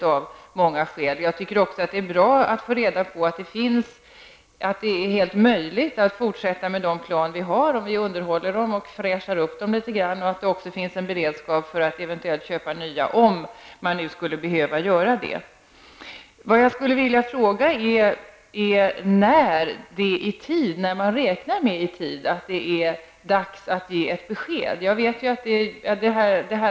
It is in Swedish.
Jag tycker det är bra att få veta att det är fullt möjligt att fortsätta att använda de flygplan som vi redan har om de underhålls och fräschas upp. Det sägs också att det finns en beredskap för att köpa nya flygplan om vi skulle behöva göra det. Jag vill också fråga: När är det dags att ge ett besked?